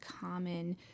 common